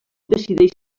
decideix